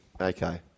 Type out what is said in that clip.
Okay